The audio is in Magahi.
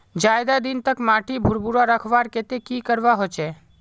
ज्यादा दिन तक माटी भुर्भुरा रखवार केते की करवा होचए?